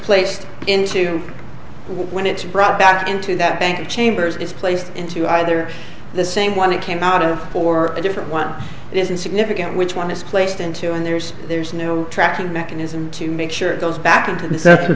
placed into when it's brought back into that bank chambers is placed into either the same one it came out of or a different one isn't significant which one is placed into and there's there's no tracking mechanism to make sure it goes back into the so